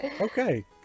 okay